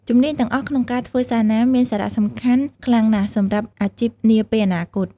ជំនាញទាំងអស់ក្នុងការធ្វើសារណាមានសារៈសំខាន់ខ្លាំងណាស់សម្រាប់អាជីពនាពេលអនាគត។